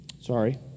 Sorry